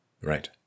Right